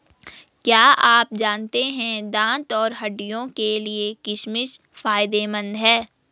क्या आप जानते है दांत और हड्डियों के लिए किशमिश फायदेमंद है?